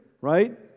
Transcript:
right